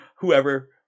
Whoever